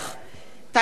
טלב אלסאנע,